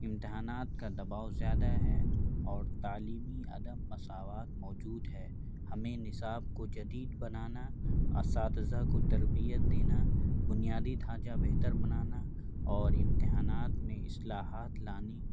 امتحانات کا دباؤ زیادہ ہے اور تعلیمی عدم مساوات موجود ہے ہمیں نصاب کو جدید بنانا اساتذہ کو تربیت دینا بنیادی دھانجہ بہتر بنانا اور امتحانات میں اصلاحات لانی